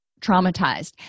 traumatized